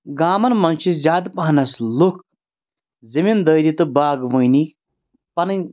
گامَن منٛز چھِ زیادٕ پَہنَس لُکھ زٔمیٖندٲری تہٕ باغوٲنی پَنٕنۍ